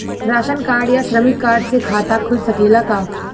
Ration card या श्रमिक card से खाता खुल सकेला का?